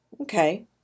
Okay